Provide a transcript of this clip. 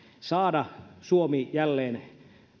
saada suomi jälleen